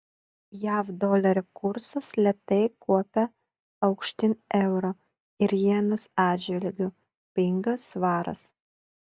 jav dolerio kursas lėtai kopia aukštyn euro ir jenos atžvilgiu pinga svaras